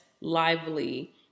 Lively